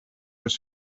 was